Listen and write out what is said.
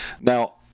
Now